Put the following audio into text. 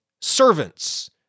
servants